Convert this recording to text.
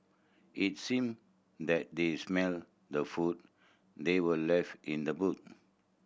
it seemed that they smelt the food that were left in the boot